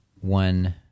one